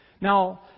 Now